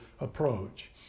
approach